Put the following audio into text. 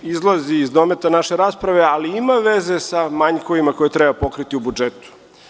To zaista izlazi iz dometa naše rasprave, ali ima veze sa manjkovima koje treba pokriti u budžetu.